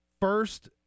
first